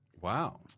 Wow